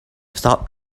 stop